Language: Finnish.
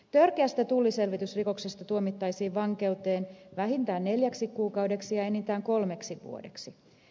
törkeästä tulliselvitysrikoksesta tuomittaisiin vankeuteen vähintään neljäksi kuukaudeksi ja enintään kolmeksi vuodeksi